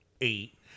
eight